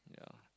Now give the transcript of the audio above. yeah